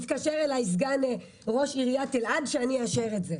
מתקשר אליי סגן ראש עיריית אלעד כדי שאני אאשר את זה.